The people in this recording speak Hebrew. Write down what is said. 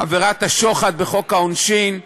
עבירת השוחד בחוק העונשין,